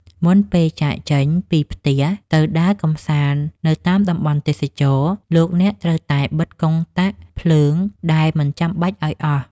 មុនពេលចាកចេញពីផ្ទះទៅដើរកម្សាន្តនៅតាមតំបន់ទេសចរណ៍ លោកអ្នកត្រូវតែបិទកុងតាក់ភ្លើងដែលមិនចាំបាច់ឱ្យអស់។